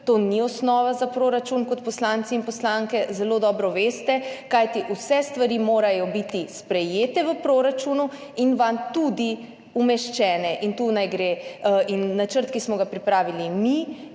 to ni osnova za proračun, kot poslanci in poslanke zelo dobro veste, kajti vse stvari morajo biti sprejete v proračunu in vanj tudi umeščene. Načrt, ki smo ga pripravili mi,